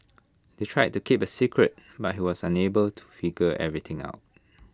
they tried to keep A secret but he was unable to figure everything out